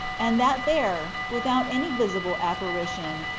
and that there, without any visible ap parition,